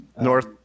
North